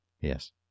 Yes